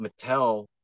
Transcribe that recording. Mattel